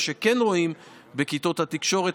מה שכן רואים זה בכיתות התקשורת,